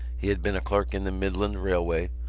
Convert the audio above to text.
he had been a clerk in the midland railway,